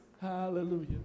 Hallelujah